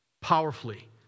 powerfully